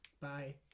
bye